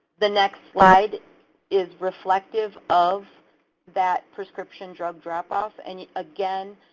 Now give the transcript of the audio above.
the next slide is reflective of that prescription drug drop off and again,